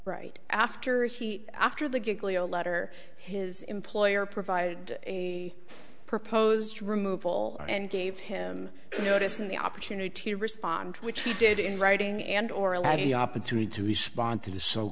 right after he after the gig leo letter his employer provided a proposed removal and gave him notice and the opportunity to respond which he did in writing and or allow the opportunity to respond to the so